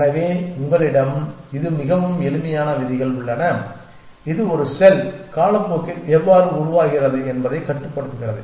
எனவே உங்களிடம் இது மிகவும் எளிமையான விதிகள் உள்ளன இது ஒரு செல் காலப்போக்கில் எவ்வாறு உருவாகிறது என்பதைக் கட்டுப்படுத்துகிறது